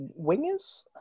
wingers